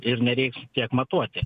ir nereiks tiek matuoti